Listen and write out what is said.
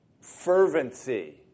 fervency